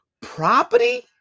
property